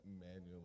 manually